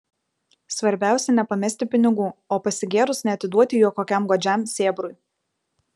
svarbiausia nepamesti pinigų o pasigėrus neatiduoti jų kokiam godžiam sėbrui